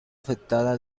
afectada